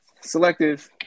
Selective